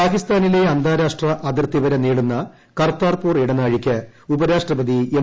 പാകിസ്ഥാനിലെ അന്താരാഷ്ട്രിട്ട് അതിർത്തി വരെ നീളുന്ന കർത്താപൂർ ഇടനാഴിക്ക് ഉപ്പരാഷ്ട്രപതി എം